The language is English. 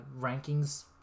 rankings